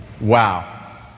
Wow